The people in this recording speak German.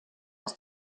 aus